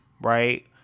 right